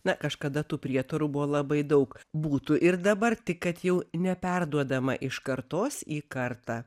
na kažkada tų prietarų buvo labai daug būtų ir dabar tik kad jau neperduodama iš kartos į kartą